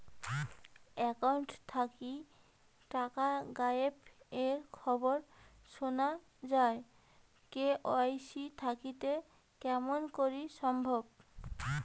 Account থাকি টাকা গায়েব এর খবর সুনা যায় কে.ওয়াই.সি থাকিতে কেমন করি সম্ভব?